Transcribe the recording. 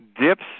dips